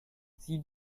sieh